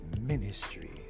ministry